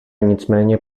nicméně